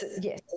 Yes